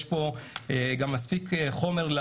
יש פה מספיק חומר,